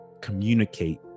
communicate